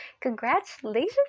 congratulations